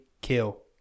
Kill